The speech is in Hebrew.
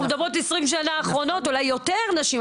אנחנו מדברות על 20 שנה האחרונות אולי יותר נשים,